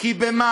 כי במים